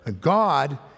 God